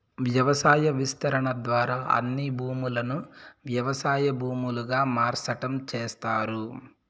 వ్యవసాయ విస్తరణ ద్వారా అన్ని భూములను వ్యవసాయ భూములుగా మార్సటం చేస్తారు